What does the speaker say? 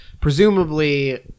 presumably